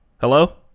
Hello